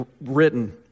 written